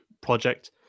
project